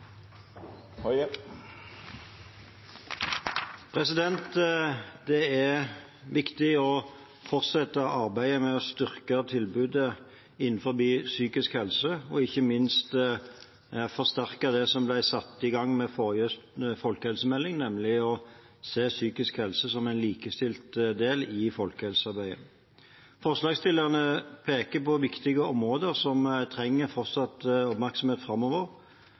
Det er viktig å fortsette arbeidet med å styrke tilbudet innenfor psykisk helse og ikke minst forsterke det som ble satt i gang med forrige folkehelsemelding, nemlig å se psykisk helse som en likestilt del i folkehelsearbeidet. Forslagsstillerne peker på viktige områder som fortsatt trenger oppmerksomhet framover